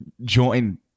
join